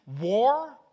war